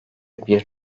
bir